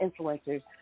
influencers